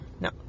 No